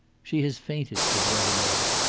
she has fainted, said wethermill.